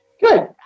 Good